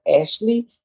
Ashley